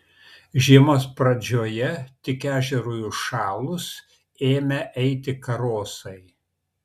žiemos pradžioje tik ežerui užšalus ėmę eiti karosai